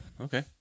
Okay